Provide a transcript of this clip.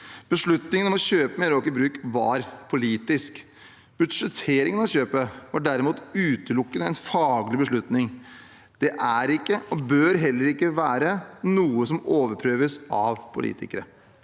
Beslutningen om å kjøpe Meraker Brug var politisk. Budsjetteringen av kjøpet var derimot utelukkende en faglig beslutning. Det er ikke, og bør heller ikke være, noe som overprøves av politikere.